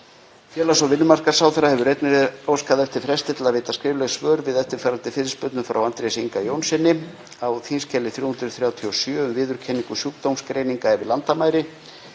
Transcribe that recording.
Félags- og vinnumarkaðsráðherra hefur einnig óskað eftir fresti til að veita skrifleg svör við eftirfarandi fyrirspurnum frá Andrési Inga Jónssyni; á þskj. 337, um viðurkenningu sjúkdómsgreininga yfir landamæri,